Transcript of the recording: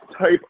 type